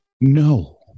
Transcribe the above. No